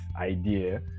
idea